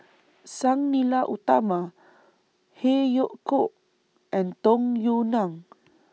Sang Nila Utama Phey Yew Kok and Tung Yue Nang